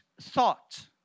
thought